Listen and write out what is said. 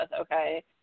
okay